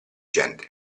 gente